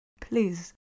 Please